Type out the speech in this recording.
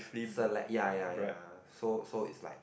select ya ya ya so so it's